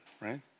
Right